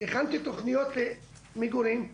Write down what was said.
הכנתי תוכניות למגורים,